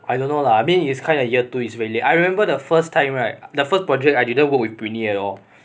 I don't know lah I mean it's kind of year two is really I remember the first time right the first project I didn't work with britney at all